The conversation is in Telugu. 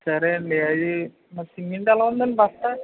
సరే అండి అయి మరి సిమెంట్ ఎలా ఉందండి బస్తా